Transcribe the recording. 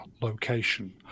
location